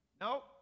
No